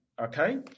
Okay